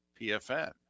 PFN